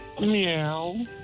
Meow